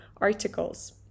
articles